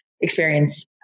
experience